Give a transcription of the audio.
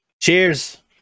Cheers